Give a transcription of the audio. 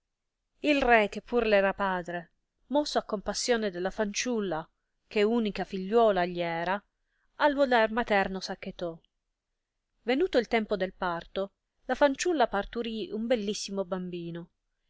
il re che pur le era padre mosso a compassione della fanciulla che unica figliuola gli era al voler materno s acchetò venuto il tempo del parto la fanciulla parturì un bellissimo bambino